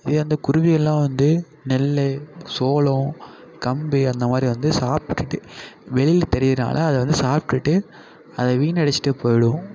இதே அந்த குருவியெல்லாம் வந்து நெல் சோளம் கம்பு அந்தமாதிரி வந்து சாப்பிட்டுட்டு வெளியில் தெரியிறனால் அதை வந்து சாப்பிட்டுட்டு அதை வீணடித்துட்டு போயிடும்